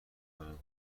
کنم